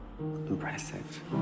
impressive